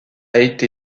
été